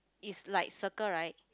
is like circle right